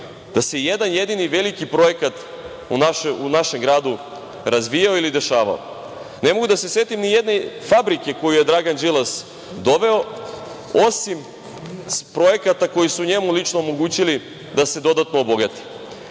da se jedan-jedini veliki projekat u našem gradu razvijao ili dešavao. Ne mogu da se setim ni jedne fabrike koju je Dragan Đilas doveo, osim projekata koji su njemu lično omogućili da se dodatno obogati. Gospodin